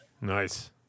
nice